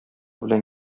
белән